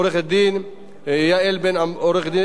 עורכת-הדין יעל בן-עמוס.